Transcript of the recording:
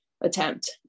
attempt